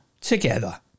together